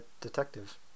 detective